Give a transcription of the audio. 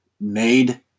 made